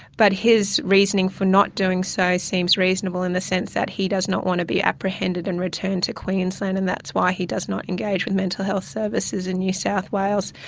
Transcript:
but his reasoning for not doing so seems reasonable in the sense that he does not want to be apprehended and returned to queensland, and that's why he does not engage with mental health services in new south wales.